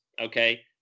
Okay